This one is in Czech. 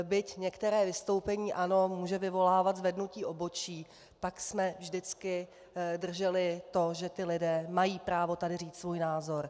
Byť některé vystoupení ano, může vyvolávat zvednutí obočí, tak jsme vždycky drželi to, že ti lidé mají právo tady říct svůj názor.